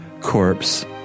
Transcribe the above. corpse